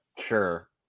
Sure